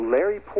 Larry